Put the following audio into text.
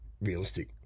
realistic